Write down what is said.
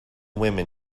women